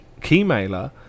Keymailer